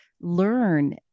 learn